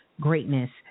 Greatness